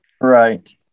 right